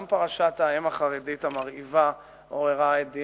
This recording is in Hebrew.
גם פרשת האם החרדית המרעיבה עוררה הדים,